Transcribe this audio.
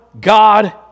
God